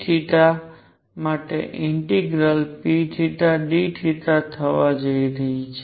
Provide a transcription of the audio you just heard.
p માટે integral pdθ થવા જઈ રહી છે